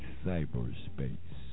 cyberspace